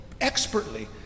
expertly